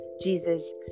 Jesus